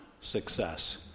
success